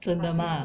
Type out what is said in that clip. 真的 mah